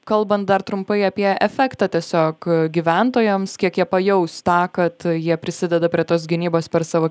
kalbant dar trumpai apie efektą tiesiog gyventojams kiek jie pajaus tą kad jie prisideda prie tos gynybos per savo